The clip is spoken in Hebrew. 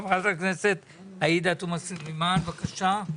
חברת הכנסת עאידה תומא סלימאן, בבקשה.